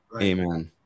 Amen